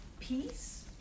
peace